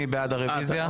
מי בעד הרביזיה?